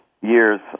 years